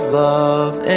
love